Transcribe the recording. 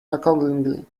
accordingly